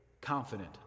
confident